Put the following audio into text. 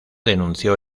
denunció